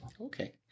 okay